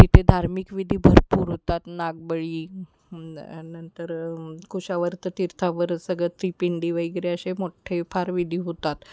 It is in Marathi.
तिते धार्मिक विधी भरपूर होतात नागबळी नंतर कुशावत त तीर्थावर सगळं त्रिपिंडी वगैरे असे मोठ्ठे फार विधी होतात